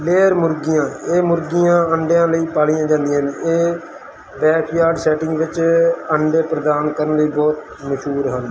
layer ਮੁਰਗੀਆਂ ਇਹ ਮੁਰਗੀਆਂ ਅੰਡਿਆਂ ਲਈ ਪਾਲੀਆਂ ਜਾਂਦੀਆਂ ਨੇ ਇਹ ਬੈਕਯਾਰਡ ਸੈਟਿੰਗ ਵਿੱਚ ਅੰਡੇ ਪ੍ਰਦਾਨ ਕਰਨ ਲਈ ਬਹੁਤ ਮਸ਼ਹੂਰ ਹਨ